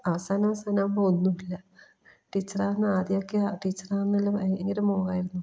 അവസാനവസാനാകുമ്പോൾ ഒന്നൂല്ല ടീച്ചറാകണമെന്ന് ആദ്യമൊക്കെ ടീച്ചറാകണമെന്നുള്ള ഭയങ്കര മോഹമായിരുന്നു